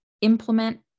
implement